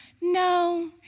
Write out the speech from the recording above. no